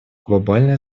глобальное